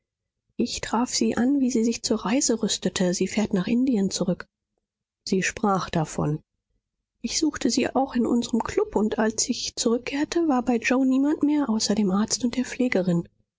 ich traf sie an wie sie sich zur reise rüstete sie fährt nach indien zurück sie sprach davon ich suchte sie auch in unserem klub und als ich zurückkehrte war bei yoe niemand mehr außer dem arzt und der pflegerin